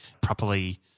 properly